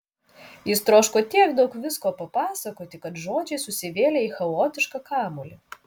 jis troško tiek daug visko papasakoti kad žodžiai susivėlė į chaotišką kamuolį